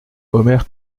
omer